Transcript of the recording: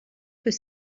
peut